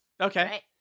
Okay